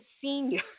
senior